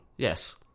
Yes